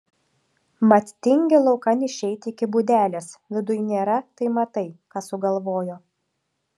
mat tingi laukan išeiti iki būdelės viduj nėra tai matai ką sugalvojo